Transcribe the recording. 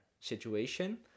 situation